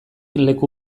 leku